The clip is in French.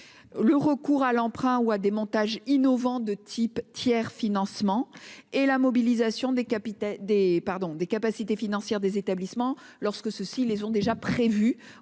recourir à l'emprunt ou à des montages innovants, comme le tiers financement, et mobiliser les capacités financières des établissements lorsque ces derniers ont déjà prévu